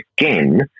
again